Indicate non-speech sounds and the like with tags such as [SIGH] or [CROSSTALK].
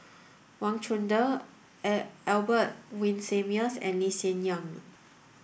Wang Chunde [HESITATION] Albert Winsemius and Lee Hsien Yang